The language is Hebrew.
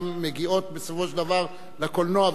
גם מגיעים בסופו של דבר לקולנוע,